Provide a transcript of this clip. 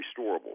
restorable